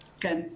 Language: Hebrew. כן.